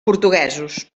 portuguesos